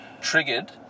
triggered